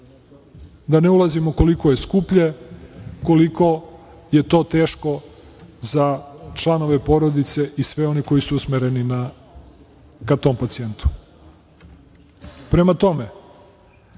Da ne ulazimo koliko je skuplje, koliko je to teško za članove porodice i sve one koji su usmereni ka tom pacijentu. Prema tome,